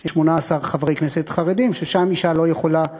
יש 18 חברי כנסת חרדים, ששם אישה לא יכולה להיות,